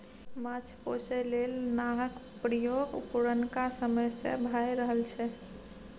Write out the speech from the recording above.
माछ पोसय लेल नाहक प्रयोग पुरनका समय सँ भए रहल छै